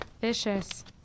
Vicious